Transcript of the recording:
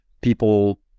people